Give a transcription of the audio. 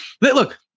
look